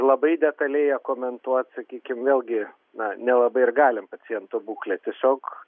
labai detaliai ją komentuot sakykim vėlgi na nelabai ir galim paciento būklę tiesiog